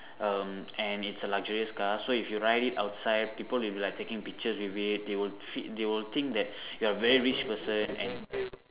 um and it's a luxurious car so if you ride it outside people will be like taking pictures with it they will feed they will think that you're a very rich person and